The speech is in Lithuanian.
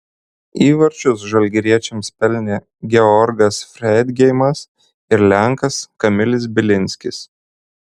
įvarčius žalgiriečiams pelnė georgas freidgeimas ir lenkas kamilis bilinskis